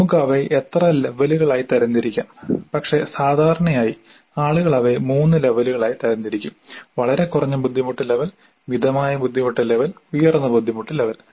നമുക്ക് അവയെ എത്ര ലെവലുകളായി തരംതിരിക്കാം പക്ഷേ സാധാരണയായി ആളുകൾ അവയെ 3 ലെവലുകളായി തരം തിരിക്കും വളരെ കുറഞ്ഞ ബുദ്ധിമുട്ട് ലെവൽ മിതമായ ബുദ്ധിമുട്ട് ലെവൽ ഉയർന്ന ബുദ്ധിമുട്ട് ലെവൽ